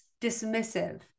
dismissive